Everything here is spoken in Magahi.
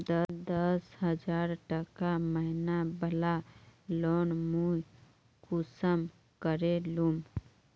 दस हजार टका महीना बला लोन मुई कुंसम करे लूम?